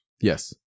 Yes